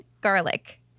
garlic